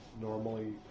normally